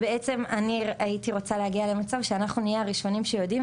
ובעצם אני הייתי רוצה להגיע למצב שאנחנו נהיה הראשונים שיודעים,